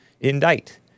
indict